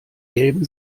gelben